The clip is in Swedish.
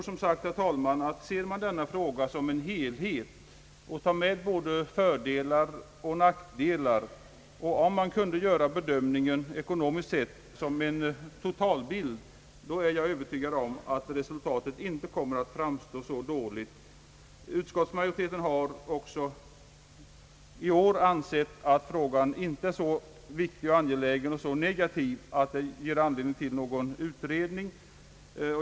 Ser man denna fråga såsom en helhet och tar med både fördelar och nackdelar, och kan man göra bedömningen ekonomiskt sett såsom en totalbild, är jag som sagt, herr talman, övertygad om att resultaten inte kommer att framstå som så dåliga. Utskottsmajoriteten har även i år ansett att frågan inte är så viktig och angelägen, eller ger så negativa verkningar, att den ger anleåning till någon utredning.